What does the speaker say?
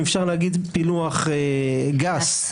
בפילוח גס,